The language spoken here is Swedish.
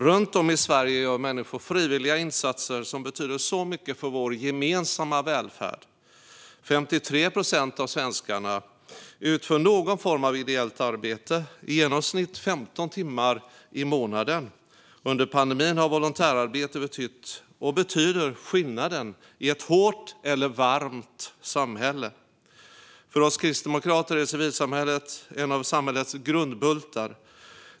Runt om i Sverige gör människor frivilliga insatser som betyder så mycket för vår gemensamma välfärd. 53 procent av svenskarna utför någon form av ideellt arbete, i genomsnitt 15 timmar i månaden. Under pandemin har volontärarbete betytt och betyder skillnaden i ett hårt eller ett varmt samhälle. För oss kristdemokrater är civilsamhället en av samhällets grundbultar.